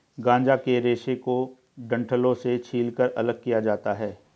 गांजा के रेशे को डंठलों से छीलकर अलग किया जाता है